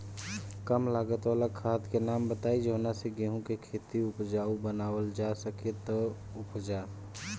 कम लागत वाला खाद के नाम बताई जवना से गेहूं के खेती उपजाऊ बनावल जा सके ती उपजा?